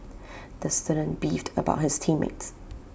the student beefed about his team mates